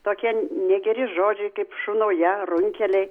tokie negeri žodžiai kaip šunauja runkeliai